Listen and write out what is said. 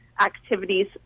activities